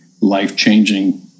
life-changing